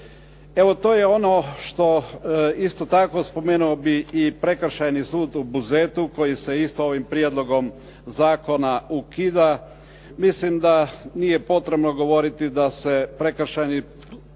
Evo, to je ono što isto tako spomenuo bih i Prekršajni sud u Buzetu koji se isto ovim prijedlogom zakona ukida. Mislim da nije potrebno govoriti da njegova